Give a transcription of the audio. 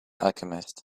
alchemist